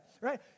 right